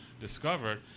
discovered